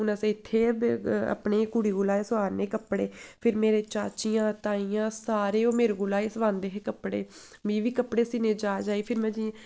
हून असें इत्थै अपनी कुड़ी कोला गै सिलाऽ'रने कपड़े फिर मेरी चाचियां ताइयां सारे ओह् मेरे कोला गै सिलांदे हे कपड़े मी बी कपड़े सीने दी जाच आई फिर में